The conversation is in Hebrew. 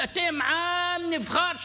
שאתם עם נבחר,